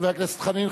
חבר הכנסת חנין,